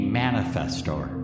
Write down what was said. manifestor